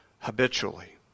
habitually